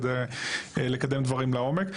כדי לקדם דברים לעומק.